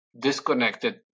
disconnected